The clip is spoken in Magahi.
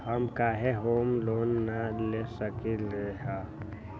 हम काहे होम लोन न ले सकली ह?